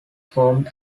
formed